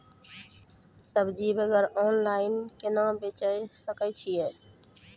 सब्जी वगैरह ऑनलाइन केना बेचे सकय छियै?